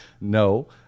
No